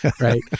right